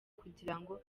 kugirango